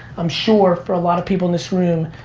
i'm sure for a lot of people in this room,